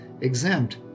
exempt